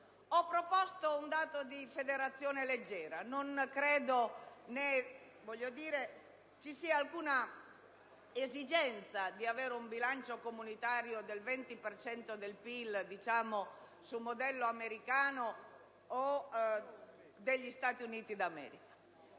Ho proposto un dato di federazione leggera: non credo vi sia alcuna esigenza di avere un bilancio comunitario del 20 per cento del PIL, sul modello degli Stati Uniti d'America,